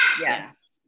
yes